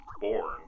born